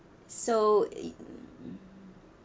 so it